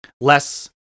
less